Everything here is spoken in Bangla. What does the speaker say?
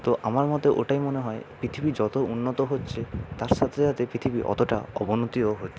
তো আমার মতে ওটাই মনে হয় পৃথিবী যত উন্নত হচ্ছে তার সাথে সাথে পৃথিবী অতটা অবনতিও হচ্ছে